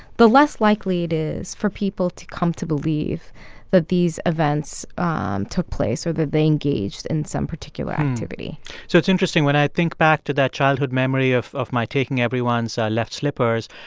the less likely it is for people to come to believe that these events um took place or that they engaged in some particular activity so it's interesting when i think back to that childhood memory of of my taking everyone's left slippers,